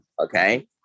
Okay